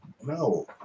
No